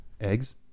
eggs